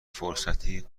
فرصتی